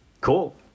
cool